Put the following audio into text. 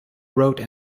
wrote